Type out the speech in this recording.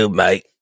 mate